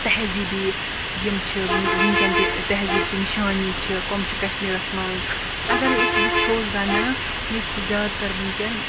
تہذیٖبی یِم چھِ ونکٮ۪ن تہِ تہذیٖب چھِ نِشانی چھِ کم چھِ کَشمیٖرَس مَنٛز اَگَر أسۍ وٕچھو زَنہٕ ییٚتہِ چھِ زیاد تَر ونکٮ۪ن